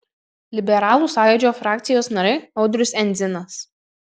liberalų sąjūdžio frakcijos nariai audrius endzinas